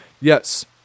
yes